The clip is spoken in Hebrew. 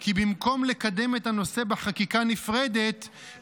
כי במקום לקדם את הנושא בחקיקה נפרדת,